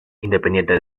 independiente